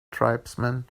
tribesman